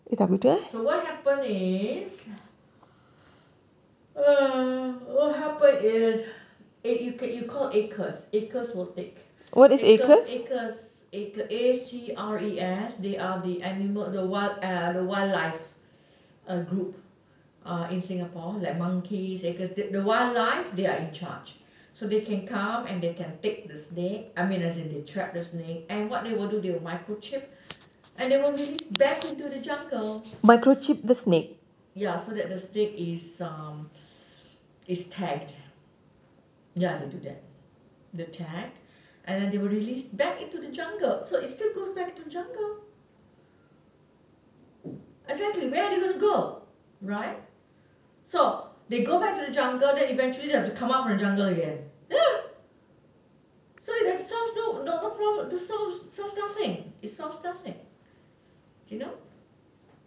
so what happens is what happen is you call ACRES ACRES will take ACRES ACRES A C R E S they are the animal the wildlife the wildlife group in singapore like monkeys ACRES the wildlife they are in charge so they can come up and take the snake I mean as in they trap the snake and what they would do they would microchip and they would release back into the jungle ya so that the snake is um is tagged ya they do that they're tagged then they will release back into the jungle so it still goes back into the jungle exactly where are they going to go right so they go back into the jungle then eventually they have to come out of the jungle again uh so so it solves nothing it solves nothing you know